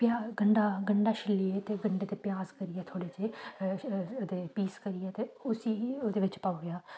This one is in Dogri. प्या गंढा गंढा छिलियै ते गंढे ते प्याज करियै थोह्ड़े जेह् ओह्दे पीस करियै ते उस्सी ओह्दे बिच्च पाई ओड़ेआ